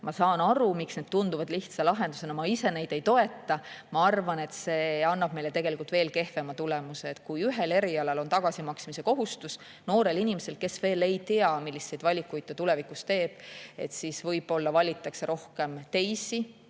töötada, tunduvad lihtsa lahendusena. Ma ise neid ei toeta, ma arvan, et need annaksid meile tegelikult veel kehvema tulemuse. Kui ühel erialal on tagasimaksmise kohustus noorel inimesel, kes veel ei tea, milliseid valikuid ta tulevikus teeb, siis võib-olla valitakse ülikoolis